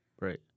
Right